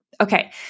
Okay